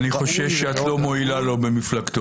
אני חושש שאת לא מועילה לו במפלגתו.